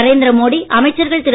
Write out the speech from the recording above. Narendra Modi அமைச்சர்கள்திரு